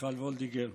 מיכל וולדיגר,